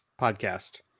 podcast